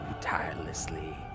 tirelessly